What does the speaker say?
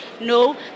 no